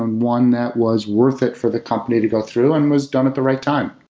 and one that was worth it for the company to go through and was done at the right time.